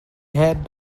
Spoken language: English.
had